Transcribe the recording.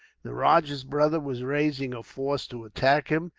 the rajah's brother was raising a force to attack him,